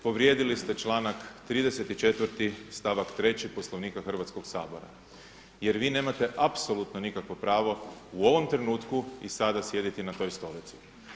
Povrijedili ste članak 34. stavka 3. Poslovnika Hrvatskoga sabora jer vi nemate apsolutno nikakvo pravo u ovom trenutku i sada sjediti na toj stolici.